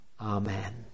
Amen